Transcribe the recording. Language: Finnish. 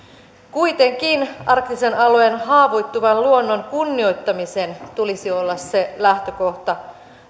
kuitenkin arktisen alueen haavoittuvan luonnon kunnioittamisen tulisi olla se lähtökohta